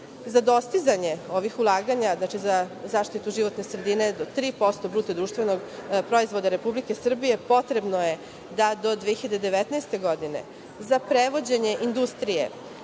dostizanje ovih ulaganja za zaštitu životne sredine do 3% bruto društvenog proizvoda Republike Srbije, potrebno je da do 2019. godine za prevođenje industrije